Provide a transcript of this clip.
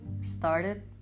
started